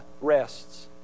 rests